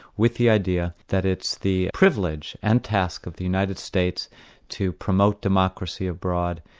with the idea that it's the privilege and task of the united states to promote democracy abroad,